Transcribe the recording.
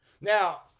Now